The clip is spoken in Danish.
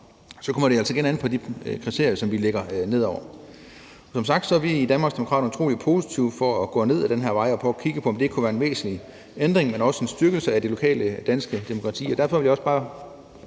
så kommer det altså igen an på de kriterier, som vi lægger ned over. Som sagt er vi i Danmarksdemokraterne utrolig positive for at gå ned ad den her vej og prøve at kigge på, om det kunne være en væsentlig ændring, men også en styrkelse af det lokale danske demokrati. Derfor vil jeg også bare